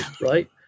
right